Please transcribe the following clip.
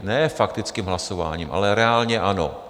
Ne faktickým hlasováním, ale reálně ano.